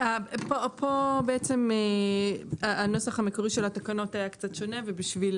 פה בעצם הנוסח המקורי של התקנות היה קצת שונה ובשביל